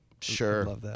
Sure